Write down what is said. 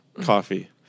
coffee